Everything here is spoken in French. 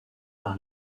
par